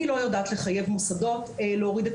אני לא יודעת לחייב מוסדות להוריד את